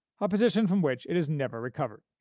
a position from which it has never recovered.